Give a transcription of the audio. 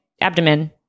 abdomen